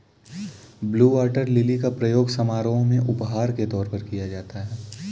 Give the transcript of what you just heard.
blue water lily का प्रयोग समारोह में उपहार के तौर पर किया जाता है